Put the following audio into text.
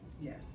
Yes